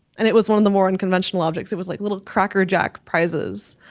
and it was one of the more unconventional objects, it was like little crackerjack prizes.